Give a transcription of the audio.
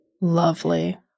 lovely